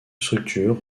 structure